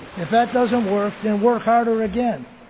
if that doesn't work, then work harder again,